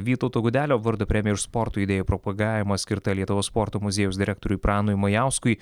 vytauto gudelio vardo premija už sporto idėjų propagavimą skirta lietuvos sporto muziejaus direktoriui pranui majauskui